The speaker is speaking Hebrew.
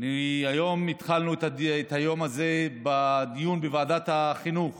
התחלנו את היום הזה בדיון בוועדת החינוך